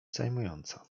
zajmującą